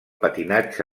patinatge